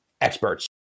experts